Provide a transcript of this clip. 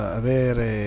avere